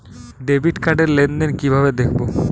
Debit card র লেনদেন কিভাবে দেখবো?